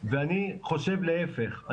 ואני חושב להיפך,